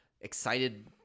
excited